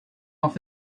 off